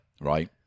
right